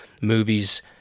movies